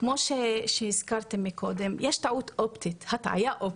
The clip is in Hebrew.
כמו שהזכרתי קודם, ישנה הטעיה אופטית.